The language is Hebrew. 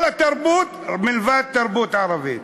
כל התרבות מלבד תרבות ערבית.